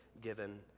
given